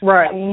Right